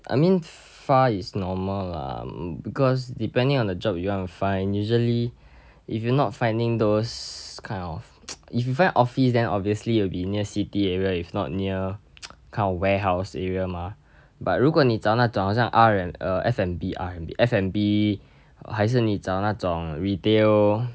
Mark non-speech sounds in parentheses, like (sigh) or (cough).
I mean far is normal lah because depending on the job you want to find if you not finding those kind of (noise) if you find office then obviously you will be near city area if not near (noise) kind of warehouse area mah but 如果你找那种好像 R an~ uh F&B R&D 还是你找那种 retail